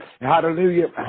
hallelujah